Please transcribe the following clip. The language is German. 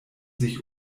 sich